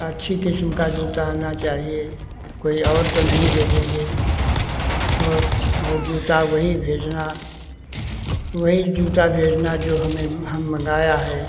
अच्छी किस्म का जूता आना चाहिए कोई और तो नहीं भेजेंगे और और जूता वही भेजना वही जूता भेजना जो हमें हम मँगाया है